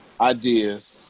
ideas